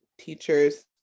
teachers